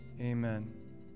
Amen